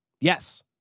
Yes